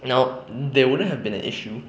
now they wouldn't have been an issue